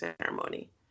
ceremony